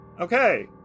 Okay